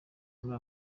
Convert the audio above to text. muri